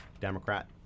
Democrat